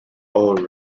all